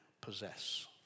possess